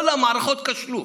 כל המערכות כשלו.